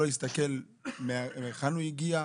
לא להסתכל מהיכן הוא הגיע,